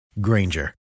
Granger